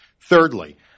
Thirdly